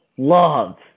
Love